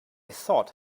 thought